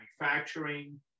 manufacturing